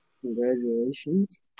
Congratulations